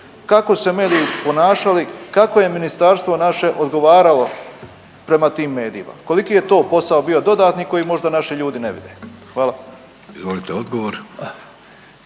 kako se mediji ponašali, kako je je ministarstvo naše odgovaralo prema tim medijima, koliki je to posao bio dodatni koji možda naši ljudi ne vide? Hvala. **Vidović,